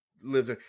lives